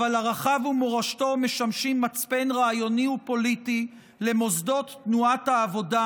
אבל ערכיו ומורשתו משמשים מצפן רעיוני ופוליטי למוסדות תנועת העבודה,